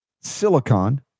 silicon